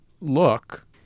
look